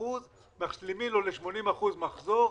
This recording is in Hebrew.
ל-80% משלימים לו ל-80% מחזור.